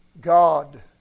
God